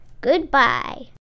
goodbye